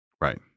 Right